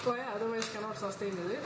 why otherwise cannot sustain is it